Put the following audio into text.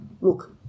look